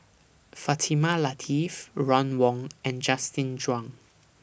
Fatimah Lateef Ron Wong and Justin Zhuang